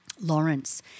Lawrence